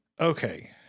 Okay